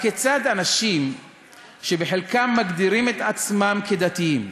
הכיצד אנשים שחלקם מגדירים את עצמם כדתיים,